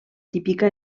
típica